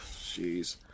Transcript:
jeez